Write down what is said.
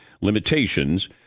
Limitations